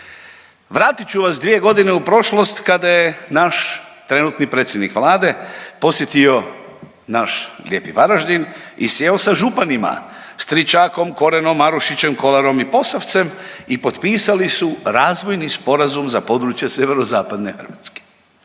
Vratit ću vas dvije godine u prošlost, kada je naš trenutni predsjednik Vlade posjetio naš lijepi Varaždin i sjeo sa županima, Stričakom, Korenom, Marušićem, Kolarom i Posavcem i potpisali su razvojni sporazum za područje sjeverozapadne Hrvatske.